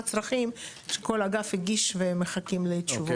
הצרכים של כל האגף ומחכים לתשובות.